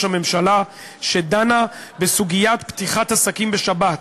הממשלה שדנה בסוגיית פתיחת עסקים בשבת,